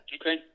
Okay